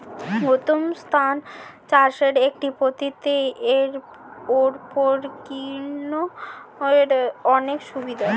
গৃহমধ্যস্থ চাষের একটি পদ্ধতি, এরওপনিক্সের অনেক সুবিধা